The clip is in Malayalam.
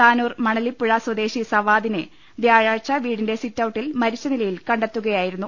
താനൂർ മണലിപ്പൂഴ സ്വദേശി സവാദിനെ വ്യാഴാഴ്ച വീടിന്റെ സിറ്റൌട്ടിൽ മരിച്ചനിലയിൽ കണ്ടെത്തുകയാ യിരുന്നു